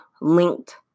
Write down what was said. linked